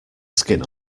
skin